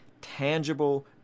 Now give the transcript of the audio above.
tangible